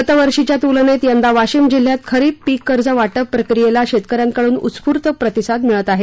गतवर्षीच्या तुलनेत यंदा वाशिम जिल्ह्यात खरीप पीक कर्ज वाटप प्रक्रियेला शेतकऱ्याकडून उत्स्फूर्त प्रतिसाद मिळत आहे